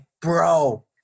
bro